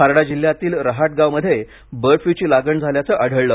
हारडा जिल्ह्यातील रहाटगाव मध्ये bird flu ची लागण झाल्याचे आढळले